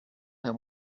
him